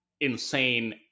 insane